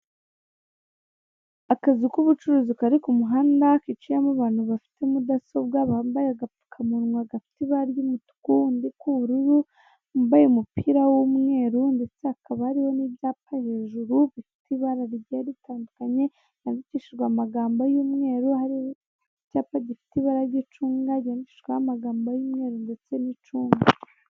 Akazi k'ubucuruzi kari k'umuhanda gaciyemo abantu bafite mudasobwa bambaye agapfukamunwa gafite ibara ry' umutuku undi ry'ubururu bambaye umupira w'umweru ndetse hakaba hariho n'ibyapa hejuru bifite ibara bigiye bitandukanye byandikishijwe amagambo y'umweru hariho icyapa gifite ibara ry'icunga cyandikishijwe amagambo y'umweru ndetse y'icunga